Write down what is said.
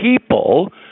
people